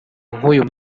nk’uyu